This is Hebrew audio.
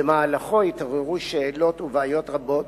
במהלכו התעוררו שאלות ובעיות רבות,